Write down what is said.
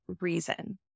reason